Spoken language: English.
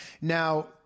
Now